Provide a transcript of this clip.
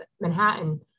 Manhattan